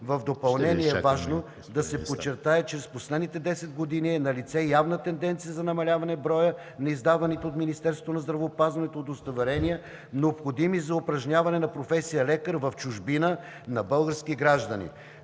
В допълнение е важно да се подчертае, че в последните десет години е налице явна тенденция за намаляване броя на издаваните от Министерството на здравеопазването удостоверения, необходими за упражняване на професия лекар в чужбина на български граждани.